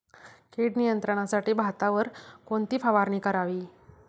कीड नियंत्रणासाठी भातावर कोणती फवारणी करावी?